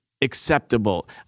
acceptable